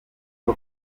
uko